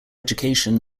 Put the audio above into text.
education